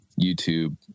YouTube